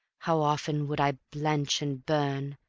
how often would i blench and burn!